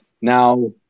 now